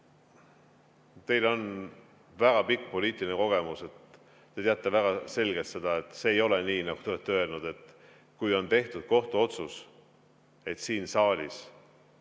Teil on väga pikk poliitiline kogemus, te teate väga selgelt seda, et see ei ole nii, nagu te ütlesite, et kui on tehtud kohtuotsus, siis siin saalis